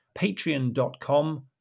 patreon.com